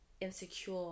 insecure